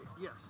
Yes